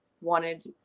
wanted